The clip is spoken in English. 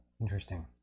Interesting